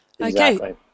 Okay